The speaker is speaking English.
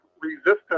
resistance